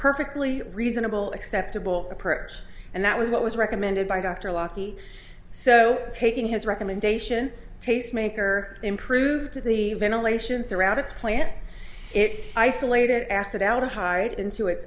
perfectly reasonable acceptable approach and that was what was recommended by dr lucky so taking his recommendation tastemaker improved the ventilation throughout its plant it isolated acid out of hired into its